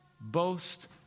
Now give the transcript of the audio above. Boast